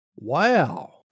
Wow